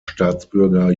staatsbürger